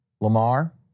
lamar